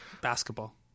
Basketball